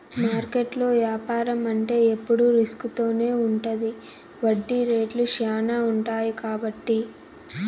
మార్కెట్లో యాపారం అంటే ఎప్పుడు రిస్క్ తోనే ఉంటది వడ్డీ రేట్లు శ్యానా ఉంటాయి కాబట్టి